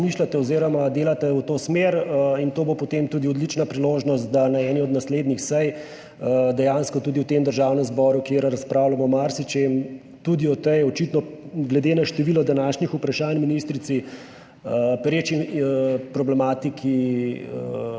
oziroma delate v to smer. To bo potem tudi odlična priložnost, da na eni od naslednjih sej dejansko tudi v tem državnem zboru, kjer razpravljamo o marsičem, tudi o tej očitno, glede na število današnjih vprašanj ministrici, pereči problematiki